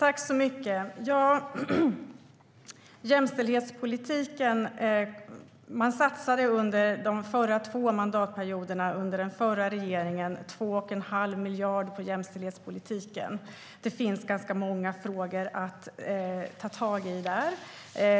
Fru talman! Man satsade under de förra två mandatperioderna under den förra regeringen 2 1⁄2 miljard på jämställdhetspolitiken. Det finns ganska många frågor att ta tag i där.